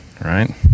Right